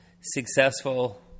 successful